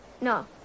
no